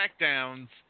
SmackDown's